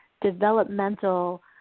developmental